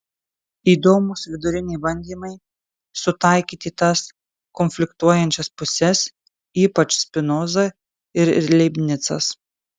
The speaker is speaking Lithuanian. įdomūs viduriniai bandymai sutaikyti tas konfliktuojančias puses ypač spinoza ir leibnicas